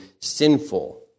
sinful